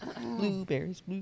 blueberries